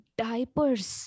diapers